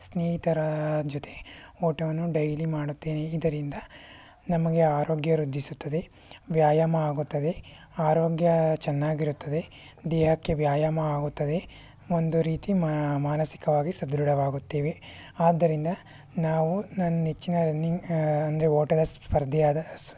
ಸ್ನೇಹಿತರ ಜೊತೆ ಓಟವನ್ನು ಡೈಲಿ ಮಾಡುತ್ತೇನೆ ಇದರಿಂದ ನಮಗೆ ಆರೋಗ್ಯ ವೃದ್ಧಿಸುತ್ತದೆ ವ್ಯಾಯಾಮ ಆಗುತ್ತದೆ ಆರೋಗ್ಯ ಚೆನ್ನಾಗಿರುತ್ತದೆ ದೇಹಕ್ಕೆ ವ್ಯಾಯಾಮ ಆಗುತ್ತದೆ ಒಂದು ರೀತಿ ಮಾ ಮಾನಸಿಕವಾಗಿ ಸದೃಢವಾಗುತ್ತೇವೆ ಆದ್ದರಿಂದ ನಾವು ನನ್ನ ನೆಚ್ಚಿನ ರನ್ನಿಂಗ್ ಅಂದರೆ ಓಟದ ಸ್ಪರ್ಧೆಯಾದ